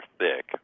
thick